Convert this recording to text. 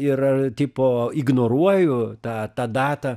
ir tipo ignoruoju tą tą datą